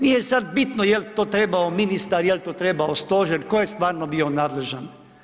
Nije sada bitno jel to trebao ministar, jel to trebao stožer, tko je stvarno bio nadležan.